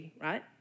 right